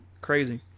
Crazy